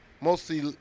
mostly